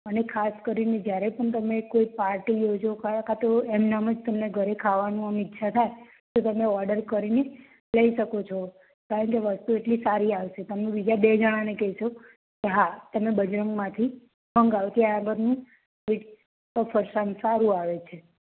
અને ખાસ કરીને જ્યારે પણ તમે કોઈ પાર્ટી લેજો કાં તો એમનેમ જ તમને ઘરે ખાવાનું અમને છતાં તો તમે ઓર્ડર કરીને લઈ શકો છો કારણકે વસ્તુ એટલી સારી આવશે તમને બીજા બે જણાંને કહેશો કે હાં તમે બજરંગ મથી મંગાયું તો ફરસાણ સારું આવે છે